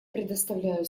предоставляю